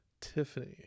Tiffany